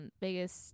biggest